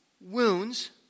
wounds